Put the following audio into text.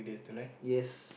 yes